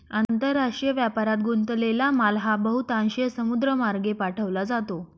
आंतरराष्ट्रीय व्यापारात गुंतलेला माल हा बहुतांशी समुद्रमार्गे पाठवला जातो